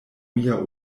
mia